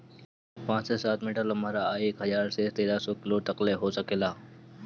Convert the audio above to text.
इ पाँच से सात मीटर लमहर आ एक हजार से तेरे सौ किलो तकले हो सकेला